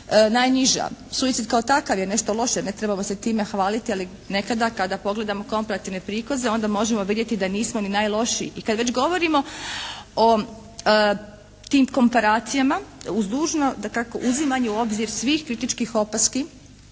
najniža. Suicid kao takav je nešto loše, ne trebamo se time hvaliti, ali nekada kada pogledamo komparativne prikaze onda možemo vidjeti da nismo ni najlošiji. I kada već govorimo o tim komparacijama uz dužno dakako uzimanje u obzir svih kritičkih opaski